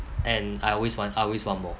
and I always want I always want more